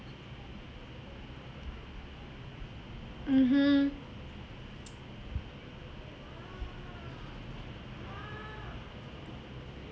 mmhmm